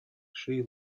she